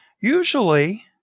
Usually